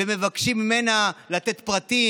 ומבקשים ממנה לתת פרטים,